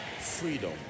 freedom